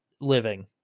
living